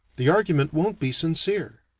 the argument won't be sincere.